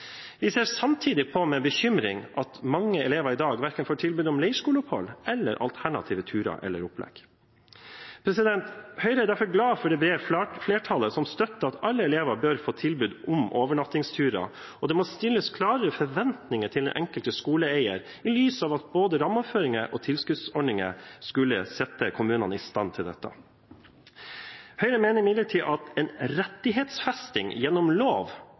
Vi ser samtidig med bekymring på at mange elever i dag verken får tilbud om leirskoleopphold eller alternative turer eller opplegg. Høyre er derfor glad for det brede flertallet som støtter at alle elever bør få tilbud om overnattingsturer, og det må stilles klare forventninger til den enkelte skoleeier i lys av at både rammeoverføringer og tilskuddsordninger skulle sette kommunene i stand til dette. Høyre mener imidlertid at en rettighetsfesting gjennom lov